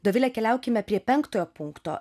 dovile keliaukime prie penktojo punkto